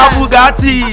Bugatti